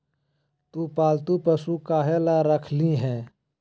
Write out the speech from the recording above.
तु पालतू पशु काहे ला रखिली हें